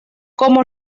como